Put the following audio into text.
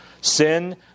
sin